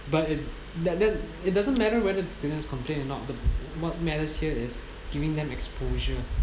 but then that doesn't it doesn't matter whether the students complain or not the what matters here is giving them exposure